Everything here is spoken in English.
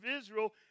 Israel